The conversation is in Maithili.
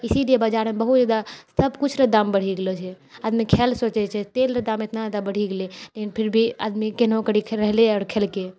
इसिलिए बजारमे बहुत जादा सभ किछु रऽ दाम बढ़ि गेलो छै आदमी खाइले सोचै छै तेल रऽ दाम इतना जादा बढ़ि गेलै लेकिन फिर भी आदमी केनाहो करिके रहलै आओर खेलकै